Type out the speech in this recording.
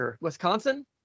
Wisconsin